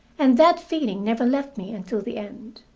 and that feeling never left me until the end.